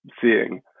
seeing